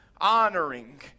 honoring